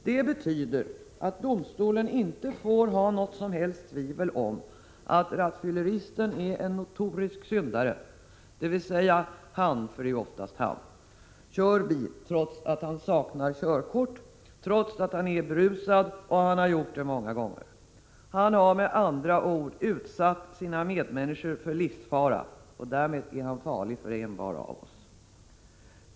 Det betyder att domstolen inte får ha något som helst tvivel om att rattfylleristen är en notorisk syndare, dvs. han — det är oftast en man — kör bil trots att han saknar körkort, kör bil berusad och har gjort det många gånger. Han har med andra ord utsatt sina medmänniskor för livsfara, och därmed är han farlig för envar av oss.